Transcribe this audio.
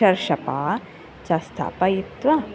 सर्षपा च स्थापयित्वा